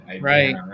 Right